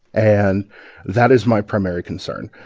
and that is my primary concern.